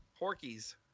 Porkies